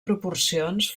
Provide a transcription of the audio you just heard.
proporcions